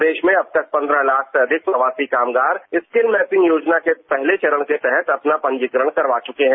प्रदेश में अब तक पन्द्रह लाख से अधिक प्रवासी कामगार स्किल मैपिंग योजना के पहले चरण के तहत अपना पंजीकरण करवा चुके हैं